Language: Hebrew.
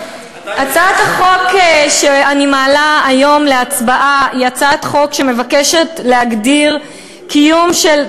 הצעת החוק שאני מעלה היום להצבעה היא הצעת חוק שמבקשת להגדיר קיום של,